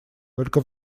только